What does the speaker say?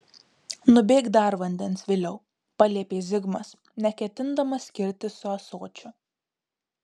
nubėk dar vandens viliau paliepė zigmas neketindamas skirtis su ąsočiu